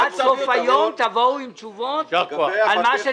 פנימיים לטובת מסלולי תקצוב של משרד